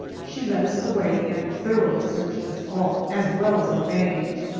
she led us away and thoroughly searched us all, as well as our baggage.